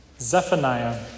Zephaniah